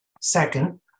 Second